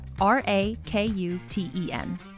R-A-K-U-T-E-N